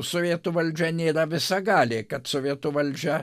sovietų valdžia nėra visagalė kad sovietų valdžia